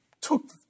took